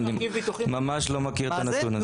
אני ממש לא מכיר את הנתון הזה.